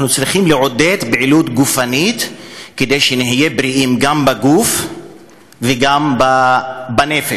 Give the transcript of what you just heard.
אנחנו צריכים לעודד פעילות גופנית כדי שנהיה בריאים גם בגוף וגם בנפש.